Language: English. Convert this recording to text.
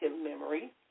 memory